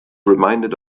reminded